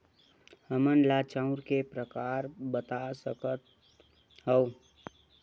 हमन ला चांउर के प्रकार बता सकत हव?